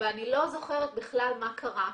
אבל אני לא זוכרת בכלל מה קרה".